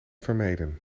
vermijden